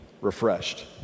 refreshed